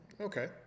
Okay